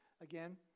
again